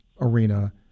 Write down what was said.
arena